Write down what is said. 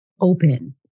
open